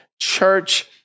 church